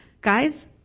guys